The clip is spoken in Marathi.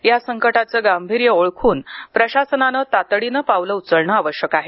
या संकटाचं गांभीर्य ओळखून प्रशासनानं तातडीनं पावलं उचलणं आवश्यक आहे